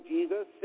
Jesus